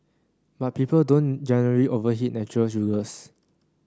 but people don't generally overeat natural sugars